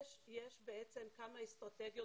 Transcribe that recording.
יש כמה אסטרטגיות